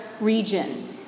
region